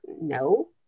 no